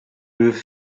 moved